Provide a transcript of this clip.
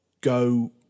go